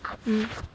mmhmm